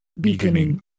beginning